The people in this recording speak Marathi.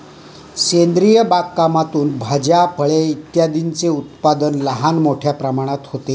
सेंद्रिय बागकामातून भाज्या, फळे इत्यादींचे उत्पादन लहान मोठ्या प्रमाणात होते